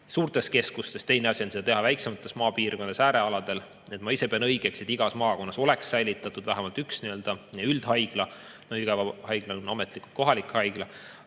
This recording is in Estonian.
suurtes keskustes, teine asi on seda teha väiksemates maapiirkondades, äärealadel. Ma ise pean õigeks, et igas maakonnas oleks säilitatud vähemalt üks nii-öelda üldhaigla, ametlikult kohalik haigla.